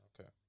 okay